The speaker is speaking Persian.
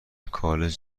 کالج